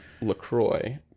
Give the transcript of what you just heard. LaCroix